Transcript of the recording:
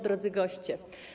Drodzy Goście!